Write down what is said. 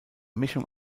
mischung